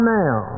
now